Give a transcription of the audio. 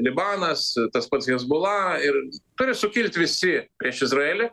libanas tas pats hezbollah ir turi sukilt visi prieš izraelį